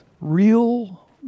real